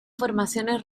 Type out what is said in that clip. formaciones